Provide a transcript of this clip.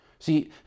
See